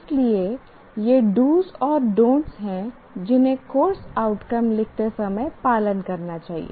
इसलिए ये do's do's और डॉनट् don't हैं जिन्हें कोर्स आउटकम लिखते समय पालन करना चाहिए